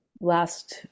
last